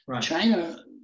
China